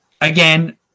again